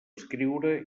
escriure